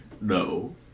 No